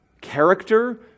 Character